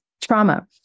trauma